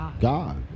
God